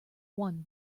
one